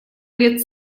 лет